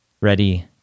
ready